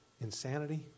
insanity